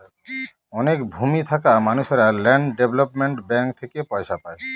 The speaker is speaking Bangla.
অনেক ভূমি থাকা মানুষেরা ল্যান্ড ডেভেলপমেন্ট ব্যাঙ্ক থেকে পয়সা পায়